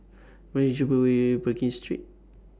What IS The Cheap Way Pekin Street